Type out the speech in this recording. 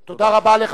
תודה, אדוני.